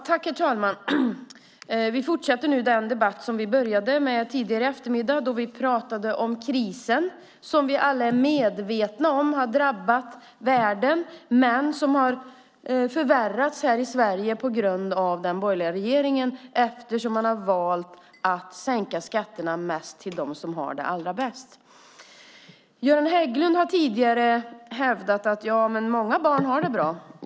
Herr talman! Vi fortsätter nu den debatt som vi började med tidigare i eftermiddag då vi pratade om krisen. Vi är alla medvetna om att den har drabbat världen, men den har förvärrats av den borgerliga regeringen här i Sverige eftersom man har valt att sänka skatterna mest för dem som har det allra bäst. Göran Hägglund har tidigare hävdat att många barn har det bra.